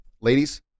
ladies